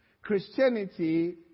Christianity